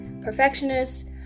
Perfectionist